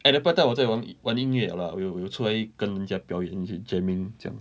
at that point of time 我在玩玩音乐 liao lah 我我有出来跟人家表演一起 jamming 这样